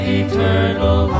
eternal